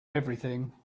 everything